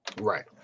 Right